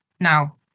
Now